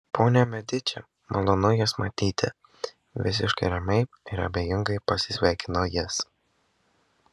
ponia mediči malonu jus matyti visiškai ramiai ir abejingai pasisveikino jis